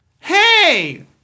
Hey